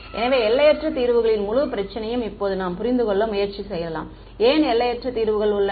எனவே எல்லையற்ற தீர்வுகளின் முழு பிரச்சனையும் இப்போது நாம் புரிந்து கொள்ள முயற்சி செய்யலாம் ஏன் எல்லையற்ற தீர்வுகள் உள்ளன